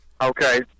Okay